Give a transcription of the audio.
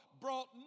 brought